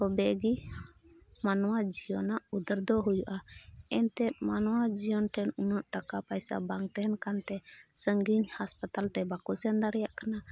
ᱛᱚᱵᱮ ᱜᱮ ᱢᱟᱱᱣᱟ ᱡᱤᱭᱚᱱᱟᱜ ᱩᱫᱽᱫᱷᱟᱹᱨ ᱫᱚ ᱦᱩᱭᱩᱜᱼᱟ ᱮᱱᱛᱮᱫ ᱢᱟᱱᱣᱟ ᱡᱤᱭᱚᱱ ᱨᱮ ᱩᱱᱟᱹᱜ ᱴᱟᱠᱟ ᱯᱚᱭᱥᱟ ᱵᱟᱝ ᱛᱟᱦᱮᱱ ᱠᱟᱱᱛᱮ ᱥᱟᱺᱜᱤᱧ ᱦᱟᱥᱯᱟᱛᱟᱞ ᱛᱮ ᱵᱟᱠᱚ ᱥᱮᱱ ᱫᱟᱲᱮᱭᱟᱜ ᱠᱟᱱᱟ